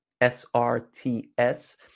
SRTS